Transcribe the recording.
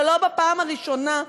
ולא בפעם הראשונה,